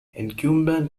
incumbent